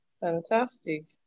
Fantastic